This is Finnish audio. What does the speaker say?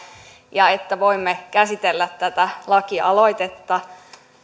että voimme käsitellä tätä lakialoitetta